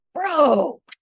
bro